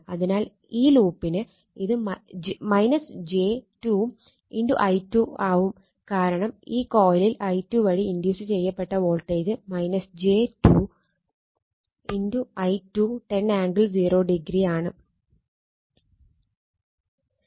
അതിനാൽ ഈ ലൂപ്പിന് ഇത് j 2 i2 ആവും കാരണം ഈ കൊയിലിൽ i2 വഴി ഇൻഡ്യൂസ് ചെയ്യപ്പെട്ട voltage j 2 i2 10 angle 0 degree ആണ്